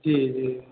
जी जी